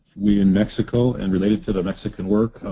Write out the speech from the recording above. we in mexico and related to the mexican work.